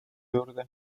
juurde